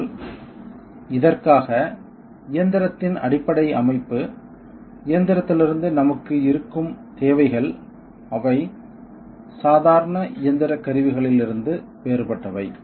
ஆனால் இதற்காக இயந்திரத்தின் அடிப்படை அமைப்பு இயந்திரத்திலிருந்து நமக்கு இருக்கும் தேவைகள் அவை சாதாரண இயந்திர கருவிகளிலிருந்து வேறுபட்டவை